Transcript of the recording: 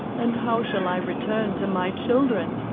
and how shall i return to my children?